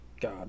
God